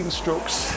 strokes